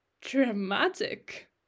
dramatic